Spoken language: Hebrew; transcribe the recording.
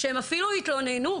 כדי שהן אפילו יתלוננו.